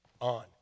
on